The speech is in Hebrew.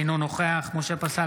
אינו נוכח משה פסל,